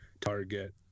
target